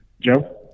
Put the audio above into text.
Joe